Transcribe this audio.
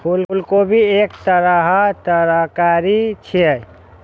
फूलगोभी एक तरहक तरकारी छियै